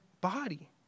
body